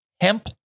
Hemp